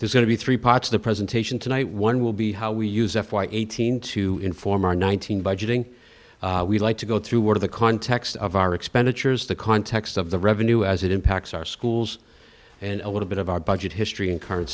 there's going to be three parts the presentation tonight one will be how we use f y eighteen to inform our nineteen budgeting we'd like to go through one of the context of our expenditures the context of the revenue as it impacts our schools and a little bit of our budget history and current